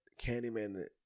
Candyman